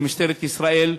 למשטרת ישראל,